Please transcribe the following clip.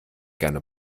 gerne